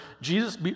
Jesus